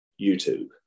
YouTube